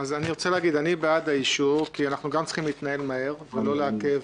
אני בעד האישור כי אנחנו גם צריכים להתנהל מהר ולא לעכב